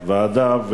--- ועדה.